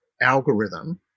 algorithm